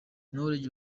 knowledge